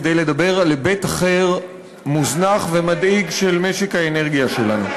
כדי לדבר על היבט אחר מוזנח ומדאיג של משק האנרגיה שלנו.